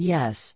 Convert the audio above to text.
Yes